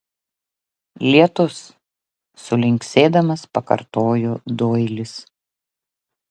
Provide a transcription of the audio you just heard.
lietus sulinksėdamas pakartojo doilis